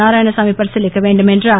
நாராயணசாமி பரிசிலிக்க வேண்டும் என்றுர்